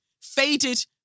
Faded